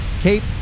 Cape